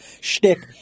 shtick